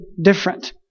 different